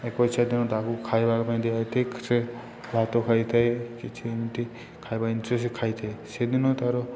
ଏକୋଇଶିଆ ଦିନ ତାକୁ ଖାଇବା ପାଇଁ ଦିଆ ହୋଇଥାଏ ସେ ଭାତ ଖାଇଥାଏ କିଛି ଏମିତି ଖାଇବା ଇଣ୍ଟରେଷ୍ଟ ଖାଇଥାଏ ସେଦିନ ତା'ର